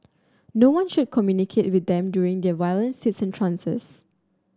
no one should communicate with them during their violent fits and trances